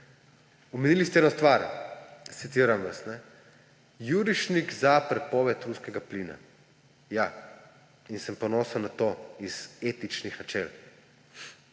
Omenili ste eno stvar, citiram vas – »jurišnik za prepoved ruskega plina«. Ja. In sem ponosen na to iz etičnih načel.